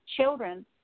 children